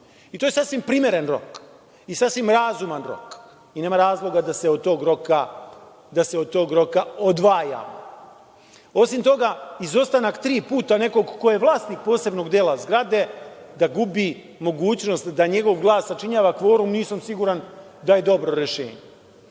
I to je sasvim primeren i sasvim razuman rok i nema razloga da se od tog roka odvajamo. Osim toga, izostanak tri puta nekoga ko je vlasnik posebnog dela zgrade, gubi mogućnost da njegov glas sačinjava kvorum, nisam siguran da je dobro rešenje. Ono